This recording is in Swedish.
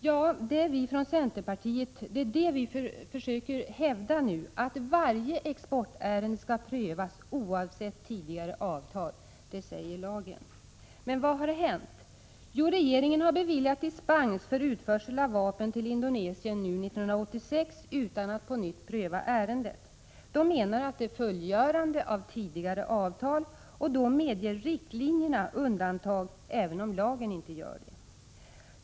Ja, det är det vi från centerpartiet nu försöker hävda — varje exportärende skall prövas oavsett tidigare avtal. Det säger lagen. Men vad har nu hänt? Jo, regeringen har beviljat dispens för utförsel av vapen till Indonesien 1986 utan att på nytt pröva ärendet. Regeringen menar att detta innebär ett fullgörande av tidigare avtal, och då medger riktlinjerna undantag även om lagen inte gör det.